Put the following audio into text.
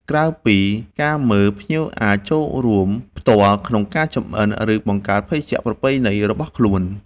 ក្រៅពីការមើល ភ្ញៀវអាចចូលរួមផ្ទាល់ក្នុងការចម្អិន ឬបង្កើតភេសជ្ជៈប្រពៃណីរបស់ខ្លួន។